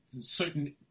certain